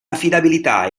affidabilità